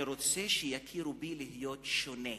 אני רוצה שיכירו בי כשונה.